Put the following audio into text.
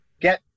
get